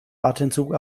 atemzug